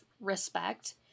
respect